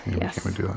yes